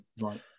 Right